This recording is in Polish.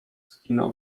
zginął